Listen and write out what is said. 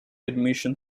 admission